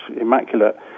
immaculate